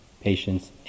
patience